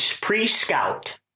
pre-scout